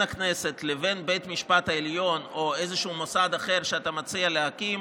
הכנסת לבין בית משפט העליון או איזשהו מוסד אחר שאתה מציע להקים,